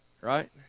Right